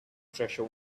treasure